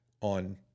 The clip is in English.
on